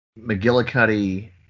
McGillicuddy